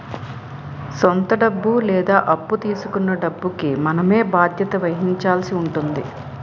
సొంత డబ్బు లేదా అప్పు తీసుకొన్న డబ్బుకి మనమే బాధ్యత వహించాల్సి ఉంటుంది